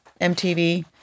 MTV